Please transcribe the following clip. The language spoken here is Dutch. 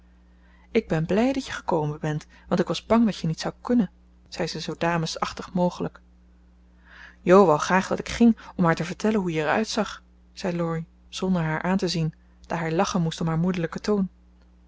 ik ben blij dat je gekomen bent want ik was bang dat je niet zoudt kunnen zei ze zoo damesachtig mogelijk jo wou graag dat ik ging om haar te vertellen hoe je er uitzag zei laurie zonder haar aan te zien daar hij lachen moest om haar moederlijken toon